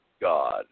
God